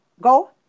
Go